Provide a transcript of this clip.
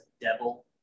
devil